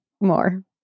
more